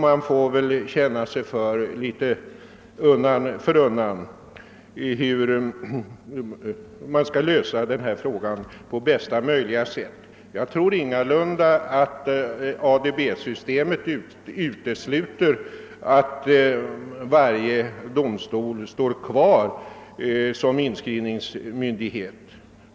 Man får väl känna sig för och efter hand se, hur frågan skall kunna lösas på bästa sätt. Jag tror ingalunda att ADB-systemet utesluter att varje domstol finns kvar som inskrivningsmyndighet.